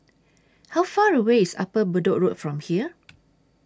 How Far away IS Upper Bedok Road from here